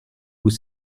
vous